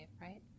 right